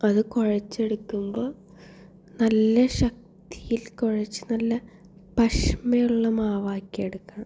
അത് കുഴച്ചെടുക്കുമ്പോൾ നല്ല ശക്തിയിൽ കുഴച്ച് നല്ല പശമയമുള്ള മാവാക്കി എടുക്കണം